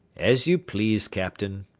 as you please, captain,